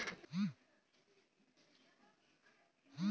మనం తీసుకునే పర్సనల్ లోన్లపైన కూడా వార్షిక వడ్డీని కడతారు